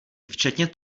včetně